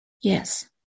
Yes